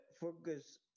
focus